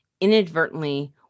inadvertently